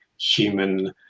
human